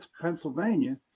Pennsylvania